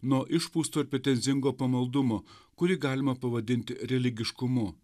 nuo išpūstų ir pretenzingo pamaldumo kurį galima pavadinti religiškumu